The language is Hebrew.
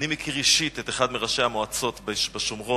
אני מכיר אישית אחד מראשי המועצות בשומרון,